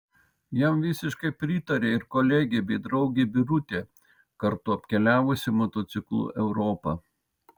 jam visiškai pritarė ir kolegė bei draugė birutė kartu apkeliavusi motociklu europą